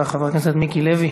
חבר הכנסת מיקי לוי,